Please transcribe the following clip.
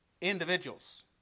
individuals